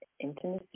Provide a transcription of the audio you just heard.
Intimacy